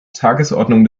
tagesordnung